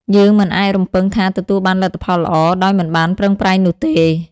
យើងមិនអាចរំពឹងថាទទួលបានលទ្ធផលល្អដោយមិនបានប្រឹងប្រែងនោះទេ។